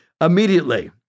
immediately